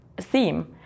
theme